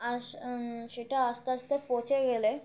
আর সেটা আস্তে আস্তে পচে গেলে